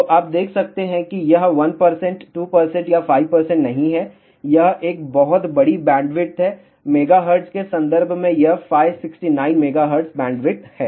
तो आप देख सकते हैं कि यह 1 2 या 5 नहीं है यह एक बहुत बड़ी बैंडविड्थ है और MHz के संदर्भ में यह 569 MHz बैंडविड्थ है